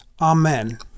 Amen